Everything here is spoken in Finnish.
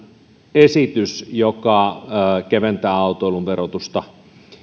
esitys joka keventää autoilun verotusta